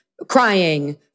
crying